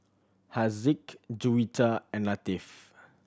Haziq Juwita and Latif